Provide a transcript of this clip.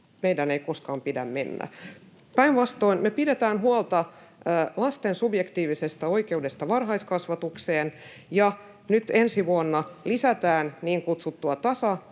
meidän ei koskaan pidä mennä. Päinvastoin, me pidetään huolta lasten subjektiivisesta oikeudesta varhaiskasvatukseen, ja nyt ensi vuonna lisätään koulutukseen